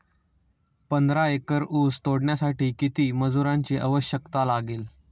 पंधरा एकर ऊस तोडण्यासाठी किती मजुरांची आवश्यकता लागेल?